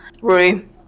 room